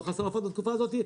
לא חסר עופות בתקופה הזו?